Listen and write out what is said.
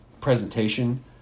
presentation